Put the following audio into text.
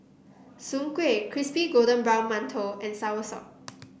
Soon Kueh Crispy Golden Brown Mantou and soursop